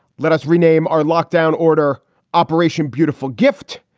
let us rename are lockdown order operation beautiful gift.